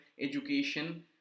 education